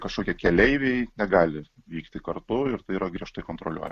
kažkokie keleiviai negali vykti kartu ir tai yra griežtai kontroliuoja